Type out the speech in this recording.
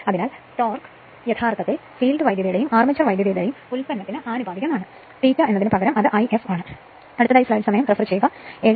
അതായത് ടോർക്ക് യഥാർത്ഥത്തിൽ ഫീൽഡ് വൈദ്യുതിയുടെയും ആർമേച്ചർ വൈദ്യുതിയുടെയും ഉൽപ്പന്നത്തിന് ആനുപാതികമാണ് ∅ എന്നതിന് പകരം അത് If ആണ്